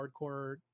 hardcore